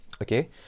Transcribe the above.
Okay